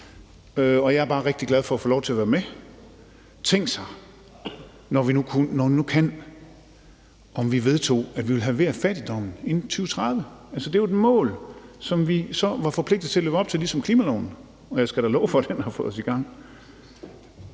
og jeg er bare rigtig glad for at få lov til at være med. Tænk, når vi nu kan, om vi vedtog, at vi ville halvere fattigdommen inden 2030. Det er jo et mål, som vi så ville være forpligtet til at leve op til ligesom klimaloven – og jeg skal love for, den har fået os i gang.